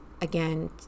again